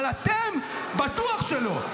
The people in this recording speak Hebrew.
אבל אתם בטוח שלא,